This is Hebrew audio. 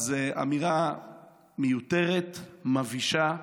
אז אמירה מיותרת, מבישה,